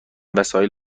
وسایل